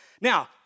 Now